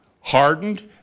hardened